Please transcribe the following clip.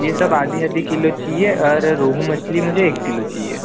ये सब आधी आधी किलो चाहिए और रोहू मछली मुझे एक किलो चाहिए